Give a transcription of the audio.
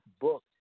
book